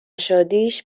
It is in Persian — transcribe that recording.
شادیش